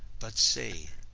but say,